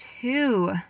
two